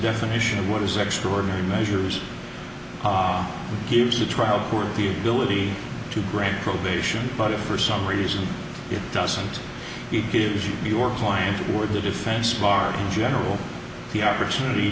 definition of what is extraordinary measures gives the trial court the ability to grant probation but if for some reason it doesn't it gives you your client or the defense bar in general the opportunity